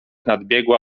nadbiegła